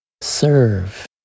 Serve